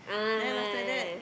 ah